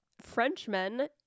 Frenchmen